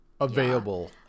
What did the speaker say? available